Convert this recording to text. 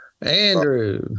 Andrew